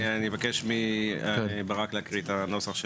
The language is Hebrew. אבקש מברק להקריא את הנוסח,